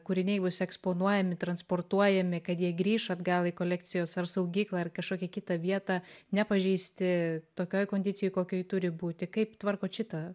kūriniai bus eksponuojami transportuojami kad jie grįš atgal į kolekcijos ar saugyklą ar kažkokią kitą vietą nepažeisti tokioj kondicijoj kokioj turi būti kaip tvarkot šitą